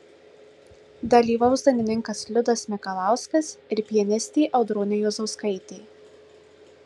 dalyvaus dainininkas liudas mikalauskas ir pianistė audronė juozauskaitė